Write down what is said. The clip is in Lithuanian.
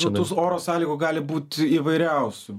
nu tų oro sąlygų gali būti įvairiausių